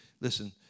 Listen